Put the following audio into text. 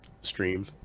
stream